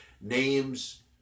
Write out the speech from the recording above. names